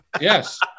yes